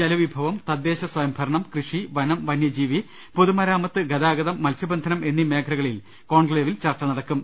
ജലവിഭവം തദ്ദേശസ്വയംഭരണം കൃഷി വനം വന്യജീവി പൊതുമരാമത്ത് ഗതാഗതം മത്സ്യബന്ധനം എന്നീ മേഖലകളിൽ കോൺക്ലേവിൽ ചർച്ച നടക്കും